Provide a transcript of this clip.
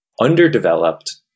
underdeveloped